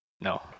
No